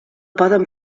poden